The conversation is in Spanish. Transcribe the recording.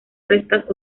frescas